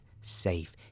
safe